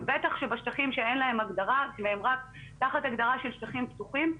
אז בטח שבשטחים שאין להם הגדרה והם רק תת הגדרה של שטחים פתוחים.